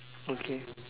okay